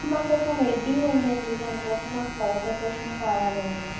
మాకు ఒక్క వెడ్డింగ్ ఉంది అండి దాని కోసం మాకు ఫ్లవర్ డెకరేషన్ కావాలండి